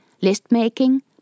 list-making